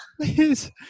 please